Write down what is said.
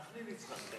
סח'נין ניצחה.